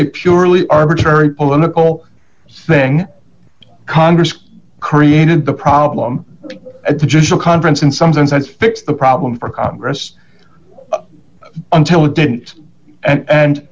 a purely arbitrary political thing congress created the problem at the judicial conference in some sense has fixed the problem for congress until it didn't and